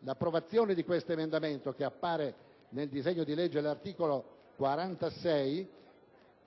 L'approvazione di questo emendamento, che ha dato luogo all'articolo 46 del disegno di legge,